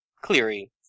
Cleary